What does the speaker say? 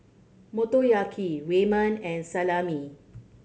Motoyaki Ramen and Salami